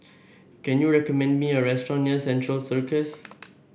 can you recommend me a restaurant near Central Circus